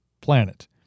planet